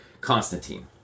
Constantine